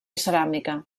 ceràmica